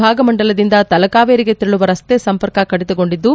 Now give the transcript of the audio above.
ಭಾಗಮಂಡಲದಿಂದ ತಲಕಾವೇರಿಗೆ ತೆರಳುವ ರಸ್ತೆ ಸಂಪರ್ಕ ಕಡಿತಗೊಂಡಿದ್ದು